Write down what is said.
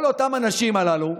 כל אותם האנשים הללו,